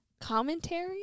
commentary